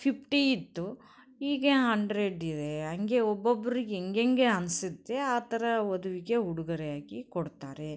fifty ಇತ್ತು ಈಗ hundred ಇದೆ ಹಾಗೆ ಒಬ್ಬೊಬ್ಬರಿಗೆ ಹೇಗೇಗೆ ಅನಿಸುತ್ತೆ ಆ ಥರ ವಧುವಿಗೆ ಉಡುಗೊರೆಯಾಗಿ ಕೊಡ್ತಾರೆ